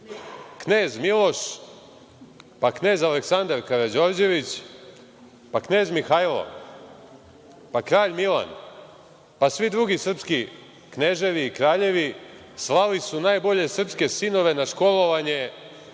Knez Miloš, pa knez Aleksandar Karađorđević, pa knez Mihailo, pa kralj Milan, pa svi drugi srpski kneževi i kraljevi slali su najbolje srpske sinove na školovanje